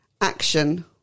action